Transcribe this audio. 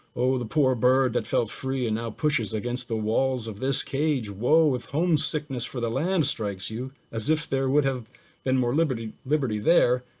oh the poor bird that fell free and now pushes against the walls of this cage, woe if homesickness for the land strikes you as if there would have been more liberty liberty there,